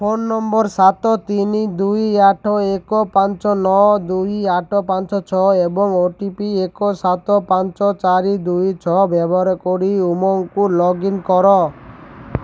phone number ସାତ ତିନି ଦୁଇ ଆଠ ଏକ ପାଞ୍ଚ ନଅ ଦୁଇ ଆଠ ପାଞ୍ଚ ଛଅ ଏବଂ ଓ ଟି ପି ଏକ ସାତ ପାଞ୍ଚ ଚାରି ଦୁଇ ଛଅ ବ୍ୟବହାର କରି ଉମଙ୍ଗକୁ ଲଗ୍ଇନ୍ କର